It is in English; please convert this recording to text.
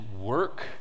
work